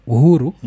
Uhuru